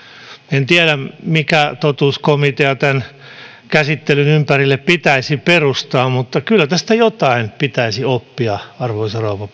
en tiedä mikä totuuskomitea tämän käsittelyn ympärille pitäisi perustaa mutta kyllä tästä jotain pitäisi oppia arvoisa rouva